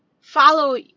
follow